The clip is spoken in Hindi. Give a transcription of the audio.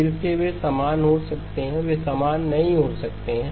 फिर से वे समान हो सकते हैं वे समान नहीं हो सकते हैं